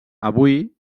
avui